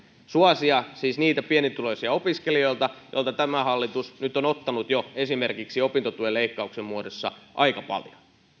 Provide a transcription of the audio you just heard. suosia siis niitä pienituloisia opiskelijoita joilta tämä hallitus on ottanut jo esimerkiksi opintotuen leikkauksen muodossa aika paljon